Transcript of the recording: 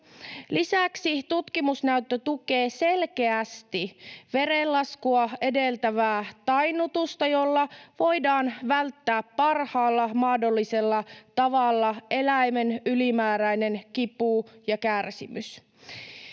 Lisäksi tutkimusnäyttö tukee selkeästi verenlaskua edeltävää tainnutusta, jolla voidaan välttää parhaalla mahdollisella tavalla eläimen ylimääräinen kipu ja kärsimys.